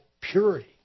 purity